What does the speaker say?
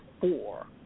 four